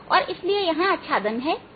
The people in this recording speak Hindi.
इसलिए दूरी a है